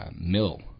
mill